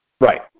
Right